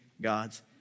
God's